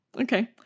Okay